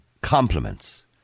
compliments